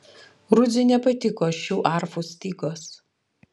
rudziui nepatiko šių arfų stygos